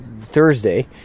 Thursday